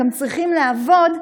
הם גם צריכים לעבוד,